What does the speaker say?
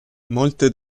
molte